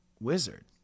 wizard